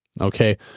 Okay